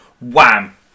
wham